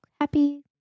happy